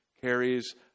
carries